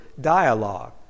dialogue